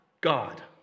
God